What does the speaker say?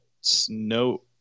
snow –